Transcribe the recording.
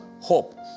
hope